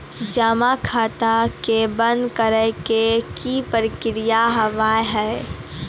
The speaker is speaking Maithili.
जमा खाता के बंद करे के की प्रक्रिया हाव हाय?